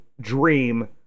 dream